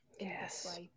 Yes